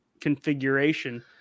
configuration